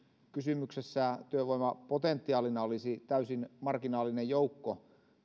kysymyksessä työvoimapotentiaalina olisi täysin marginaalinen joukko